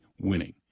winning